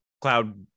cloud